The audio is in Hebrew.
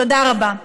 תודה רבה.